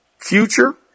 future